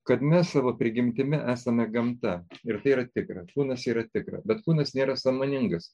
kad mes savo prigimtimi esame gamta ir tai yra tikra kūnas yra tikra bet kūnas nėra sąmoningas